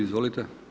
Izvolite.